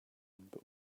but